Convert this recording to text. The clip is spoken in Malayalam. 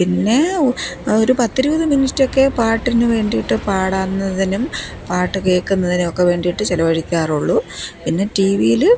പിന്നെ ഒരു പത്തിരുപത് മിനിറ്റൊക്കെ പാട്ടിനുവേണ്ടിയിട്ട് പാടുന്നതിനും പാട്ട് കേൾക്കുന്നതിനുമൊക്കെ വേണ്ടിയിട്ട് ചെലവഴിക്കാറുള്ളു പിന്നെ റ്റി വിയില്